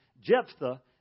Jephthah